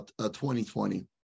2020